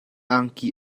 angki